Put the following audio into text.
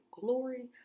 Glory